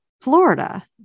Florida